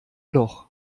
doch